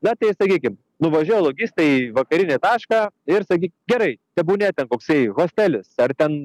na tai sakykim nuvažiuoja logistai į vakarinį tašką ir sakyk gerai tebūnie ten koksai hostelis ar ten